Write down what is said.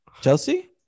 Chelsea